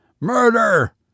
Murder